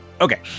Okay